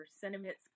sentiments